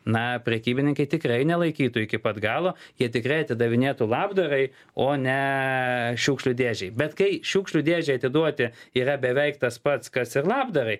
na prekybininkai tikrai nelaikytų iki pat galo jie tikrai atidavinėtų labdarai o ne šiukšlių dėžei bet kai šiukšlių dėžę atiduoti yra beveik tas pats kas ir labdarai